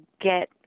get